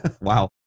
Wow